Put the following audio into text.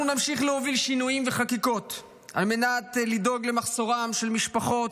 אנחנו נמשיך להוביל שינויים וחקיקות על מנת לדאוג למחסורם של המשפחות,